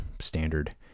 standard